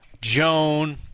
Joan